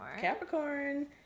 capricorn